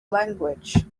language